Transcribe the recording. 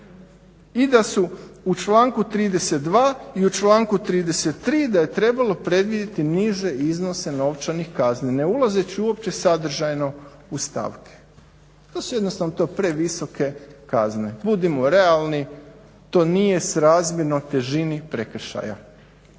i da su u članku 32.i u članku 33.da je trebalo predvidjeti niže iznose novčanih kazni ne ulazeći uopće sadržajno u stavke, to su jednostavno previsoke kazne, budimo realni, to nije razmjerno težini prekršaja.